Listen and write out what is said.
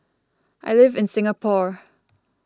I live in Singapore